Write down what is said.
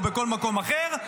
או בכל מקום אחר,